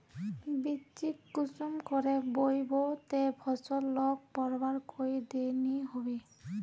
बिच्चिक कुंसम करे बोई बो ते फसल लोक बढ़वार कोई देर नी होबे?